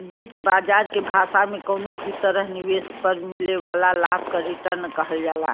वित्त बाजार के भाषा में कउनो भी तरह निवेश पर मिले वाला लाभ क रीटर्न कहल जाला